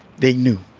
they knew.